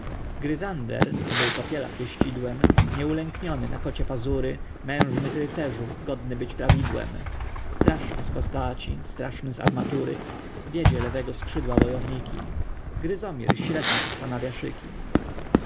gryzander co był popiela pieścidłem nieulękniony na kocie pazury mężnych rycerzów godny być prawidłem straszny z postaci straszny z armatury wiedzie lewego skrzydła wojowniki gryzomir średnie ustanawia szyki